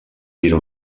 tira